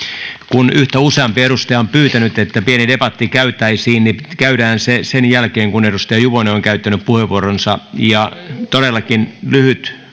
kun yhtä useampi edustaja on pyytänyt että pieni debatti käytäisiin niin käydään se sen jälkeen kun edustaja juvonen on käyttänyt puheenvuoronsa todellakin lyhyt